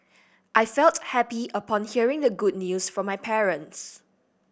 I felt happy upon hearing the good news from my parents